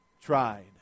tried